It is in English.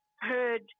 heard